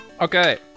Okay